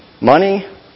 money